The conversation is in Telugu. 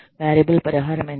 వేరియబుల్ పరిహారం ఎంత